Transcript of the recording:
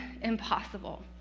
impossible